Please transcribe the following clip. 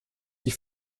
die